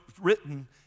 written